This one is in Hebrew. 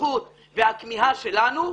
השליחות והכמיהה שלנו,